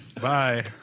Bye